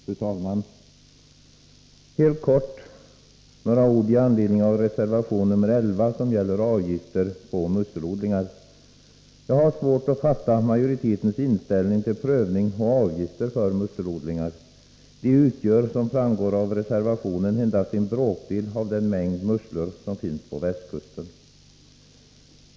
Fru talman! Jag skall helt kort säga några ord i anledning av reservation nr 11, som gäller avgifter på musselodlingar. Jag har svårt att fatta majoritetens inställning till prövning av och avgifter för musselodlingar. De odlade musslorna utgör, som framgår av reservationen, endast en bråkdel av den mängd musslor som finns på västkusten.